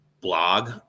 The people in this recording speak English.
blog